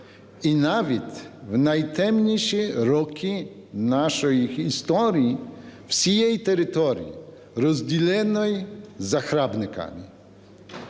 і навіть в найтемніші роки нашої історії – всієї території, розділеної загарбниками.